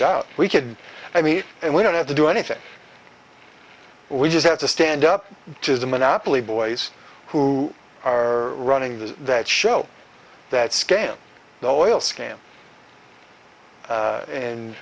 doubt we could i mean and we don't have to do anything we just have to stand up to the monopoly boys who are running this that show that scam the oil scam